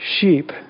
sheep